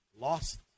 lost